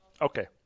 okay